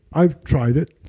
i've tried it,